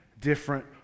different